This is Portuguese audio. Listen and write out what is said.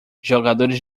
jogadores